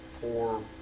poor